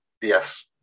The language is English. Yes